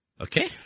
Okay